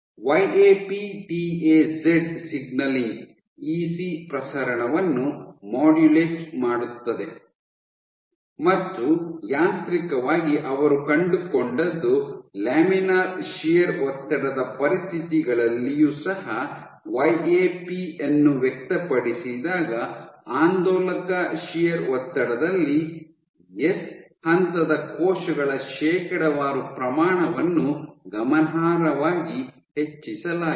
Y A P T A Z signalling EC ಪ್ರಸರಣವನ್ನು modulate ಮಾಡುತ್ತದೆ ಮತ್ತು ಯಾಂತ್ರಿಕವಾಗಿ ಅವರು ಕಂಡುಕೊಂಡದ್ದು ಲ್ಯಾಮಿನಾರ್ ಶಿಯರ್ ಒತ್ತಡದ ಪರಿಸ್ಥಿತಿಗಳಲ್ಲಿಯೂ ಸಹ ವೈ ಎ ಪಿ ಅನ್ನು ವ್ಯಕ್ತಪಡಿಸಿದಾಗ ಆಂದೋಲಕ ಶಿಯರ್ ಒತ್ತಡದಲ್ಲಿ ಎಸ್ ಹಂತದ ಕೋಶಗಳ ಶೇಕಡಾವಾರು ಪ್ರಮಾಣವನ್ನು ಗಮನಾರ್ಹವಾಗಿ ಹೆಚ್ಚಿಸಲಾಗಿದೆ